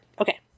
Okay